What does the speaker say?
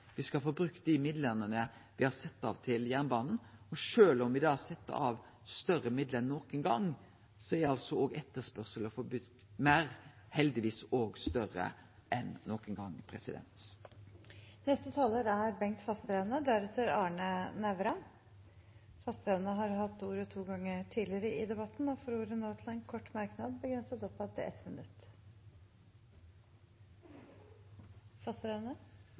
skal få brukt dei midlane me har sett av til jernbanen. Sjølv om me set av fleire midlar enn nokon gong, er etterspurnaden etter å få bygd meir heldigvis større enn nokon gong. Bengt Fasteraune har hatt ordet to ganger tidligere og får ordet til en kort merknad, begrenset til 1 minutt.